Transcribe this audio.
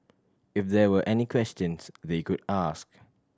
if there were any questions they could ask